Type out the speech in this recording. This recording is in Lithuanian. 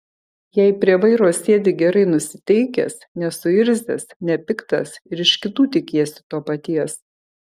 jei prie vairo sėdi gerai nusiteikęs nesuirzęs nepiktas ir iš kitų tikiesi to paties